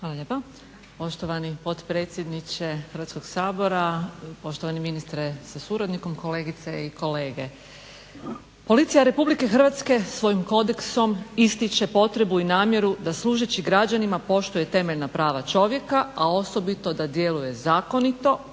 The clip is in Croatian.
Hvala lijepa poštovani potpredsjedniče Hrvatskog sabora, poštovani ministre sa suradnikom, kolegice i kolege. Policija RH svojim kodeksom ističe potrebu i namjeru da služeći građanima poštuje temeljna prava čovjeka, a osobito da djeluje zakonito,